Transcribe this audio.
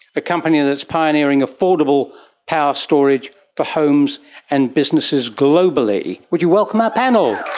a company that is pioneering affordable power storage for homes and businesses globally. would you welcome our panel?